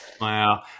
Wow